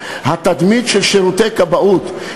התדמית של שירותי כבאות.